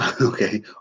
okay